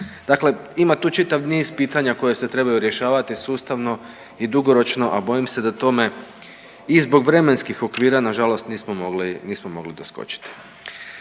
Dakle, ima tu čitav niz pitanja koje se trebaju rješavati sustavno i dugoročno, a bojim se da tome i zbog vremenskih okvira nažalost nismo mogli, nismo